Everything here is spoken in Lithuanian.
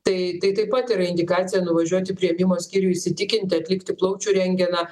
tai tai taip pat yra indikacija nuvažiuot į priėmimo skyrių įsitikinti atlikti plaučių rentgeną